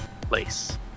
place